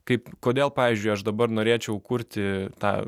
kaip kodėl pavyzdžiui aš dabar norėčiau kurti tą